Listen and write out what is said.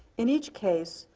in each case,